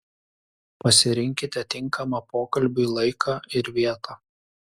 pasirinkite tinkamą pokalbiui laiką ir vietą